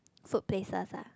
food places ah